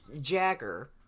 Jagger